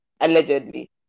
allegedly